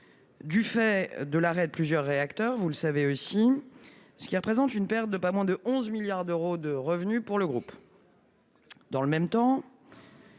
du fait de l'arrêt de plusieurs réacteurs, vous le savez aussi, ce qui représente une perte de pas moins de 11 milliards d'euros de revenus pour le groupe. Dans le même temps,